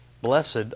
Blessed